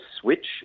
switch